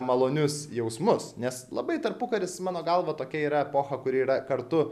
malonius jausmus nes labai tarpukaris mano galva tokia yra epocha kuri yra kartu